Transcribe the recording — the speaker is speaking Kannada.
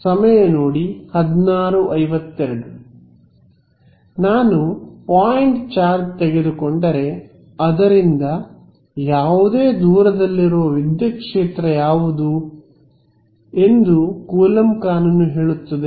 ವಿದ್ಯಾರ್ಥಿ ನಾನು ಪಾಯಿಂಟ್ ಚಾರ್ಜ್ ತೆಗೆದುಕೊಂಡರೆ ಅದರಿಂದ ಯಾವುದೇ ದೂರದಲ್ಲಿರುವ ವಿದ್ಯುತ್ ಕ್ಷೇತ್ರ ಯಾವುದು ಎಂದು ಕೂಲಂಬ್ ನಿಯಮ Coulomb's Law ಹೇಳುತ್ತದೆ